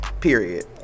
period